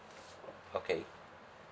okay